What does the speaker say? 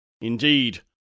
Indeed